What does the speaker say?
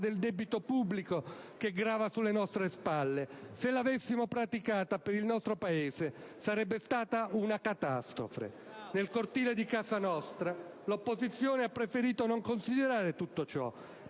di debito pubblico che grava sulle nostre spalle. Se l'avessimo praticata, per il nostro Paese sarebbe stata la catastrofe. Nel cortile di casa nostra l'opposizione ha preferito non considerare tutto ciò